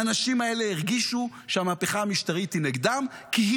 האנשים האלה הרגישו שהמהפכה המשטרית היא נגדם,